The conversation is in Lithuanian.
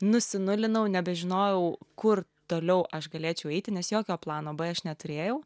nusinulinau nebežinojau kur toliau aš galėčiau eiti nes jokio plano b aš neturėjau